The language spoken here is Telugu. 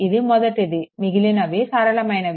ఇది మొదటిది మిగిలినవి సరళమైనవి